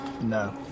No